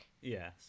Yes